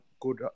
good